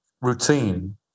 routine